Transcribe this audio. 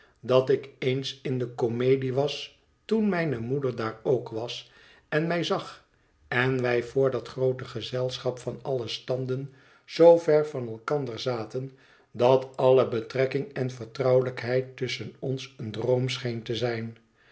dat ik eens in de komedie was toen mijne moeder daar ook was en mij zag en wij voor dat groote gezelschap van alle standen zoo ver van elkander zaten dat alle betrekking en vertrouwelijkheid tusschen ons een droom scheen te zijn